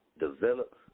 develop